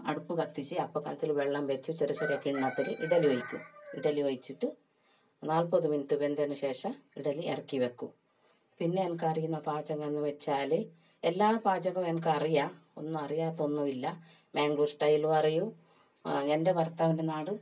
അടുപ്പ് കത്തിച്ച് അപ്പ കലത്തിൽ വെള്ളം വച്ച് ചെറിയ ചെറിയ കിണ്ണത്തിൽ ഇഡലി ഒഴിക്കും ഇഡലി ഒഴിച്ചിട്ട് നാൽപ്പത് മിനിറ്റ് വെന്തതിനു ശേഷം ഇഡലി ഇറക്കി വയ്ക്കും പിന്നെ എനിക്കറിയാവുന്ന പാചകം എന്ന് വച്ചാൽ എല്ലാ പാചകം എനിക്കറിയാം ഒന്നു അറിയാത്തത് ഒന്നുമില്ല മംഗളൂർ സ്റ്റൈലും അറിയും എൻ്റെ ഭർത്താവിൻ്റെ നാട്